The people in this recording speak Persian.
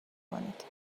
کنید